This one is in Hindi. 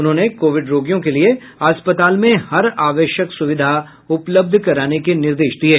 उन्होंने कोविड रोगियों के लिये अस्पताल में हर आवश्यक सुविधा उपलब्ध कराने के निर्देश दिये